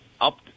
up